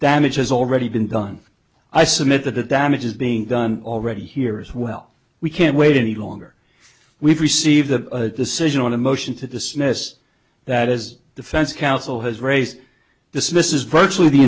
damage has already been done i submit that the damage is being done already here is well we can't wait any longer we've received a decision on a motion to dismiss that as defense counsel has raised dismiss is virtually the